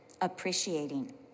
appreciating